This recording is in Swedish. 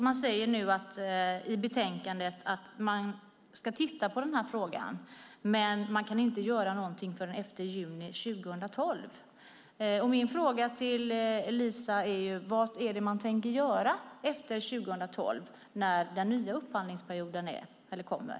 Man säger nu i betänkandet att man ska titta på den här frågan, men man kan inte göra någonting förrän efter juni 2012. Min fråga till Eliza är: Vad är det man tänker göra efter 2012 när den nya upphandlingsperioden kommer?